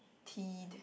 peed